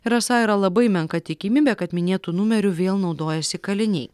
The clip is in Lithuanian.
ir esą yra labai menka tikimybė kad minėtu numeriu vėl naudojasi kaliniai